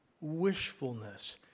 wishfulness